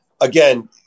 again